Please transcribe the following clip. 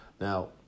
Now